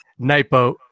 Nightboat